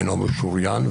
אינו משוריין,